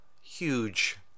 huge